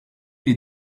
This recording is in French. les